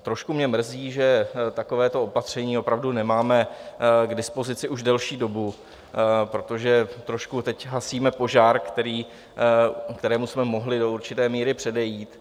Trošku mě mrzí, že takovéto opatření opravdu nemáme k dispozici už delší dobu, protože trošku teď hasíme požár, kterému jsme mohli do určité míry předejít.